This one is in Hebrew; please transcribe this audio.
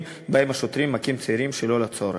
שבהם השוטרים מכים צעירים שלא לצורך.